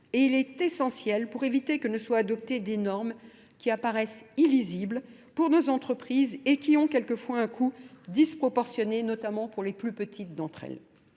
Et il est essentiel pour éviter que ne soit adopté des normes qui apparaissent illusibles pour nos entreprises et qui ont quelquefois un coût disproportionné, notamment pour les plus petites d'entre elles.